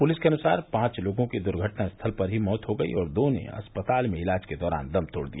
police के अनुसार पांच लोगों की दुर्घटना स्थल पर ही मौत हो गयी और दो ने अस्पताल में इलाज के दौरान दम तोड़ दिया